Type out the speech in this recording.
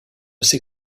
ces